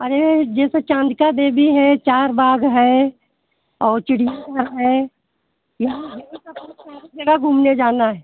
अरे जैसे चंडिका देवी है चार बाग है और चिड़ियाघर है यहाँ बहुत सारी जगह घूमने जाना है